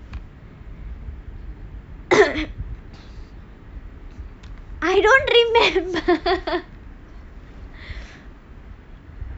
I don't remember